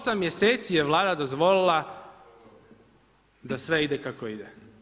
8 mjeseci je Vlada dozvolila da sve ide kako ide.